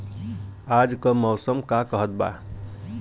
आज क मौसम का कहत बा?